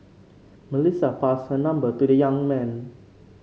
Melissa passed her number to the young man